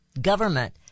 government